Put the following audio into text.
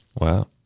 Wow